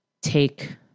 take